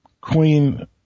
Queen